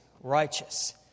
righteous